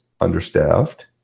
understaffed